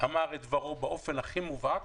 אמר את דברו באופן הכי מובהק